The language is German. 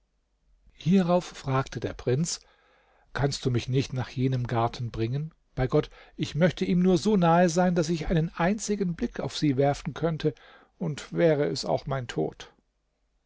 hierauf fragte der prinz kannst du mich nicht nach jenem garten bringen bei gott ich möchte ihm nur so nahe sein daß ich einen einzigen blick auf sie werfen könnte und wäre es auch mein tod